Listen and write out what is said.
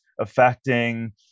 affecting